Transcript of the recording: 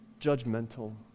judgmental